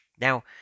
Now